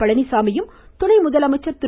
பழனிச்சாமியும் துணை முதலமைச்சர் திரு